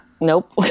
nope